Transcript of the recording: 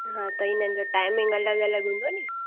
हा त इन्हनि जो टाइमिंग अलॻि अलॻि हूंदो न